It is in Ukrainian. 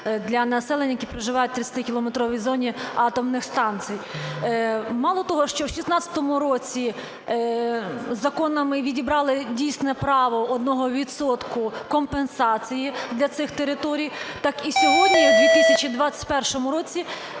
для населення, які проживають у 30-кілометровій зоні атомних станцій. Мало того, що в 2016 році законом ми відібрали дійсне право одного відсотка компенсації для цих територій, так і сьогодні у 2021 році